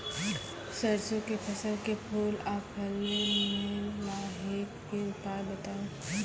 सरसों के फसल के फूल आ फली मे लाहीक के उपाय बताऊ?